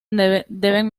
deben